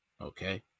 Okay